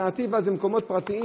האלטרנטיבה היא מקומות פרטיים,